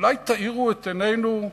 אולי תאירו את עינינו,